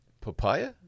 papaya